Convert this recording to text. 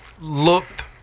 looked